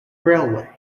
railway